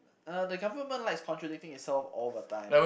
uh the government likes contradicting itself all the time